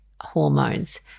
hormones